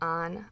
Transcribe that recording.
on